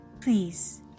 please